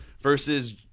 versus